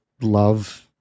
love